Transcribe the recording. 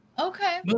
Okay